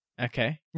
Okay